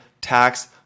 tax